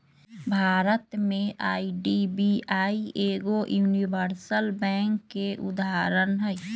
भारत में आई.डी.बी.आई एगो universal bank के उदाहरण हइ